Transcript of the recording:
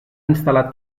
instal·lar